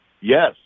Yes